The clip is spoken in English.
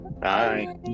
Bye